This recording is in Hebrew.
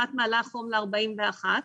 אחת אחרת שמעלה חום ל-41 מעלות,